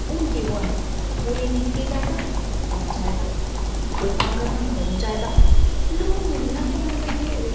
हून केह् होआ दा हून इ'नें गी केह् चाहिदा फोन चाहिदा कोई कम्म करना फोन चाहिदा लोग मिलना गै बंद होई गेदे